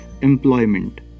employment